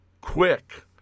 quick